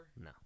No